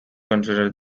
consider